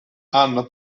hanno